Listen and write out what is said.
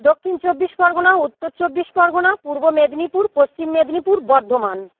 Dakshin Chabbish Pargana Uttar Chabbish Pargana Purba Medinipur Paschim Medinipur Bardhaman